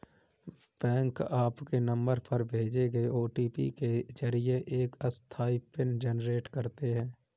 bank आपके number पर भेजे गए ओ.टी.पी के जरिए एक अस्थायी पिन जनरेट करते हैं